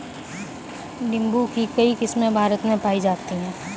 नीम्बू की कई किस्मे भारत में पाई जाती है